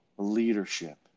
leadership